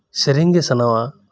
ᱥᱮᱨᱮᱧ ᱜᱮ ᱥᱟᱱᱟᱣᱟ